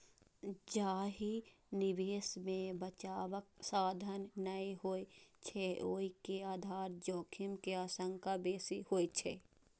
जाहि निवेश मे बचावक साधन नै होइ छै, ओय मे आधार जोखिम के आशंका बेसी होइ छै